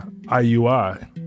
IUI